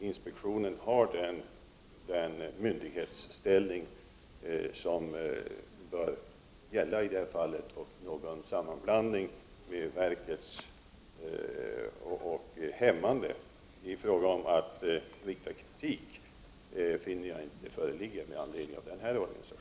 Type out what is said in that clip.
Inspektionen har den myndighetsställning som den i det här fallet bör ha, och jag kan inte finna att placeringen skulle vara hämmande när det gäller att framföra kritik.